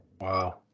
Wow